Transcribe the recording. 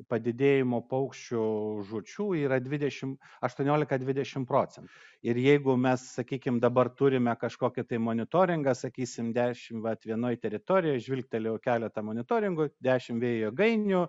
padidėjimo paukščių žūčių yra dvidešimt aštuoniolika dvidešimt procentų ir jeigu mes sakykim dabar turime kažkokį tai monitoringą sakysim dešimt vat vienoj teritorijoj žvilgtelėjau į keletą monitoringų dešimt vėjo jėgainių